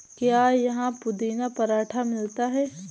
क्या यहाँ पुदीना पराठा मिलता है?